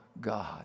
God